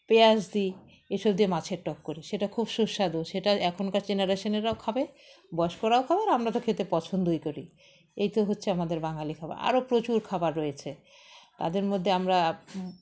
পেঁয়াজ দিই এসব দিয়ে মাছের টক করি সেটা খুব সুস্বাদু সেটা এখনকার জেনারেশনেরাও খাবে বয়স্করাও খাবার আমরা তো খেতে পছন্দই করি এই তো হচ্ছে আমাদের বাঙালি খাবার আরও প্রচুর খাবার রয়েছে তাদের মধ্যে আমরা